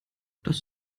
das